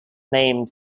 named